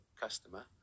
customer